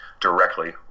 directly